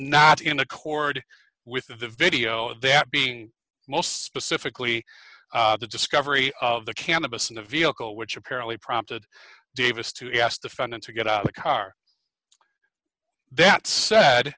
not in accord with the video that being most specifically the discovery of the cannabis in the vehicle which apparently prompted davis to ask defendant to get out of the car that said